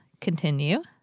Continue